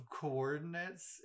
coordinates